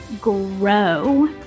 grow